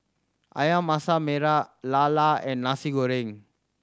Ayam Masak Merah lala and Nasi Goreng